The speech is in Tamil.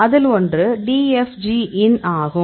அதில் ஒன்றுDFG IN ஆகும்